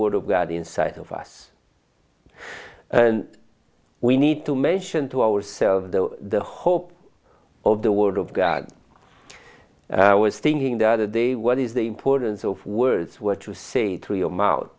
word of god inside of us we need to mention to ourselves the hope of the word of god i was thinking the other day what is the importance of words what you say to your mouth